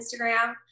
Instagram